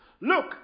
Look